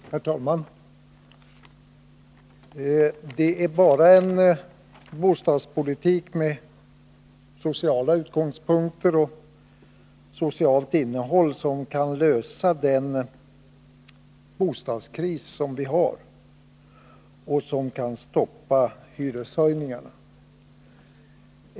Herr talman! Det är bara en bostadspolitik med sociala utgångspunkter och socialt innehåll som kan lösa bostadskrisen och stoppa hyreshöjningarna.